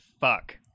fuck